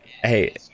Hey